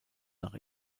nach